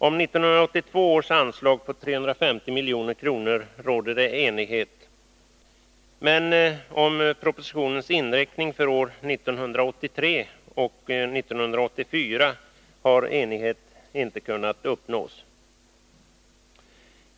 Om 1982 års anslag på 350 milj.kr. råder det enighet. Men om propositionens inriktning för år 1983 och 1984 har enighet inte kunna uppnås.